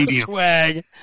swag